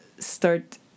start